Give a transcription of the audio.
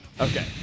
Okay